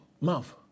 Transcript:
mouth